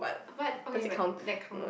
but okay but that count